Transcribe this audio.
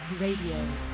Radio